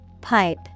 Pipe